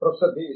professor B